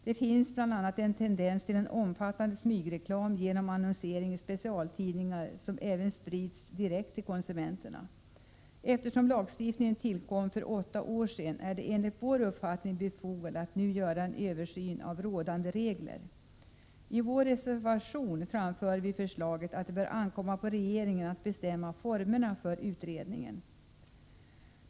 Det finns bl.a. en tendens till en omfattande smygreklam genom annonsering i specialtidningar, som även sprids direkt till konsumenterna. Eftersom lagstiftningen tillkom för åtta år sedan är det enligt vår uppfattning befogat att nu göra en översyn av rådande regler. I reservationen framför vi förslaget att det bör ankomma på regeringen att bestämma formerna för utredningen.